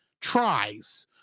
tries